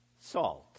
Salt